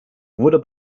wurde